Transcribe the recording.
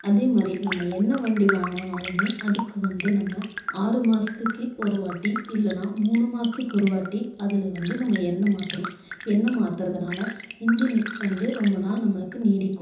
அதேமாதிரி நம்ம என்ன வண்டி வாங்குனாலுமே அதுக்கு வந்து நம்ம ஆறு மாதத்துக்கு ஒரு வாட்டி இல்லைனா மூணு மாதத்துக்கு ஒரு வாட்டி அதில் வந்து நம்ம எண்ணெய் மாற்றணும் எண்ணெய் மாற்றறதுனால இன்ஜின் வந்து ரொம்ப நாள் நம்மளுக்கு நீடிக்கும்